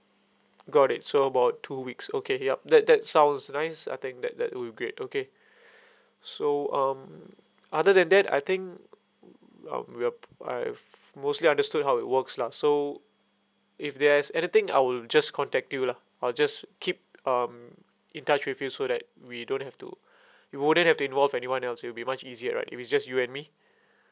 got it so about two weeks okay yup that that sounds nice I think that that will be great okay so um other than that I think um will I've mostly understood how it works lah so if there's anything I will just contact you lah I'll just keep um in touch with you so that we don't have to you wouldn't have to involve anyone else it'll be much easier right it is just you and me